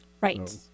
Right